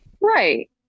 Right